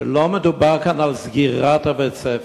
שלא מדובר כאן על סגירת בית-הספר.